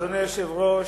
אדוני היושב-ראש,